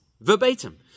verbatim